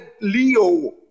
Leo